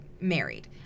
married